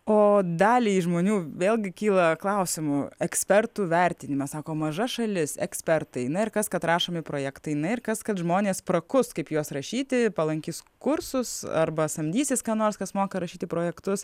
o daliai žmonių vėlgi kyla klausimų ekspertų vertinimas sako maža šalis ekspertai na ir kas kad rašomi projektai na ir kas kad žmonės prakus kaip juos rašyti palankius kursus arba samdysis ką nors kas moka rašyti projektus